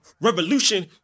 Revolution